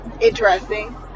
interesting